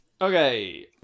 Okay